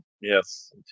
Yes